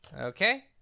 okay